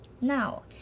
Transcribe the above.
Now